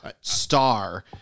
star